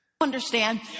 Understand